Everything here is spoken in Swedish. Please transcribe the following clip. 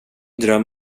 dröm